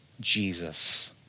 Jesus